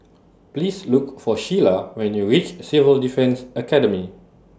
Please Look For Sheila when YOU REACH Civil Defence Academy